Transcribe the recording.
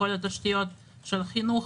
את כל התשתיות של חינוך,